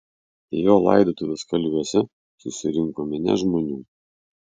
į jo laidotuves kalviuose susirinko minia žmonių